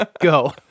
go